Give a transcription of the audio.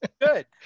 good